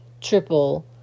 triple